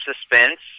Suspense